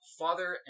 father